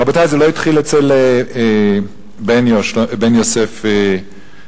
רבותי, זה לא התחיל אצל בן יוסף לבנת.